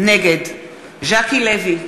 נגד ז'קי לוי,